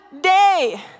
day